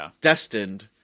destined